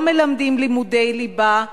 לא מלמדים לימודי ליבה,